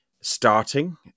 starting